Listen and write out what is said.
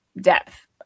depth